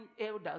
elders